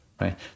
right